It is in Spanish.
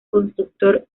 constructor